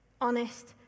honest